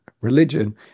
religion